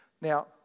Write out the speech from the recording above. Now